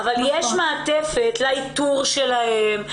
יש מעטפת לאיתור שלהן,